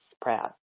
proud